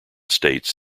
states